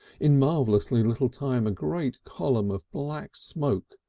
in marvellously little time a great column of black smoke,